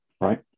right